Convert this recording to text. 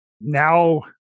Now